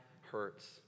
hurts